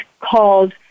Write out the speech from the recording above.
called